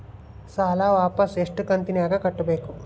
ಸಾಲ ವಾಪಸ್ ಎಷ್ಟು ಕಂತಿನ್ಯಾಗ ಕಟ್ಟಬೇಕು?